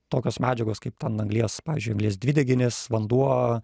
tokios medžiagos kaip ten anglies pavyzdžiui anglies dvideginis vanduo